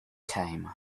came